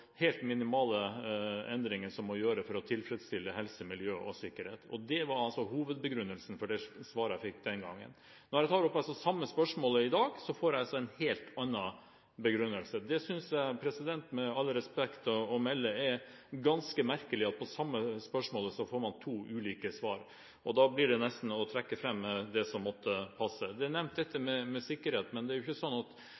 hovedbegrunnelsen for svaret jeg fikk den gangen. Når jeg tar opp samme spørsmålet i dag, får jeg en helt annen begrunnelse. Jeg synes med all respekt å melde det er ganske merkelig at man på samme spørsmålet får to ulike svar – det blir det nesten å trekke fram det som måtte passe. Sikkerhet er nevnt, men det er ikke sånn at